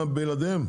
בלעדיהם?